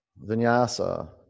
Vinyasa